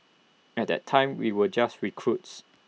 at that time we were just recruits